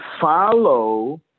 follow